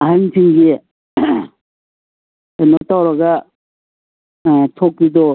ꯑꯍꯟꯁꯤꯡꯒꯤ ꯀꯩꯅꯣ ꯇꯧꯔꯒ ꯊꯣꯛꯄꯤꯗꯣ